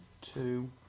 two